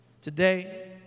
Today